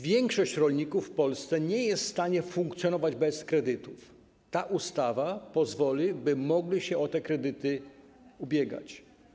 Większość rolników w Polsce nie jest w stanie funkcjonować bez kredytów, a ta ustawa pozwoli na to, by mogli się o te kredyty ubiegać.